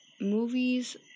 movies